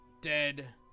dead